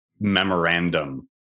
memorandum